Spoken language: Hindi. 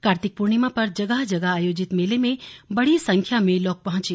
कार्तिक पूर्णिमा पर जगह जगह आयोजित मेले में बड़ी संख्या में लोग पहंचे